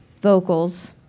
vocals